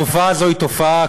התופעה הזאת היא תופעה,